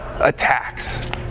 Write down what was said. attacks